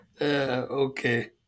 Okay